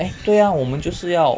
eh 对啊我们就是要